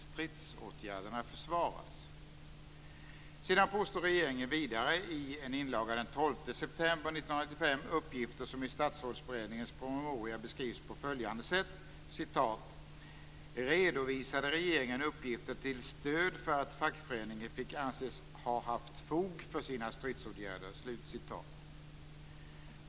Sedan framhåller regeringen vidare i en inlaga den 12 september 1995 uppgifter som i statrådsberedningens promemoria beskrivs på följande sätt: "- redovisade regeringen uppgifter till stöd för att fackföreningen fick anses ha haft fog för sina stridsåtgärder."